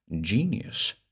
genius